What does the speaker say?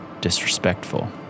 Disrespectful